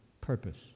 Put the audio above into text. purpose